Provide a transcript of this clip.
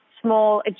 small